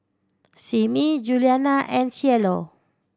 Simmie Juliana and Cielo